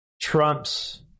Trump's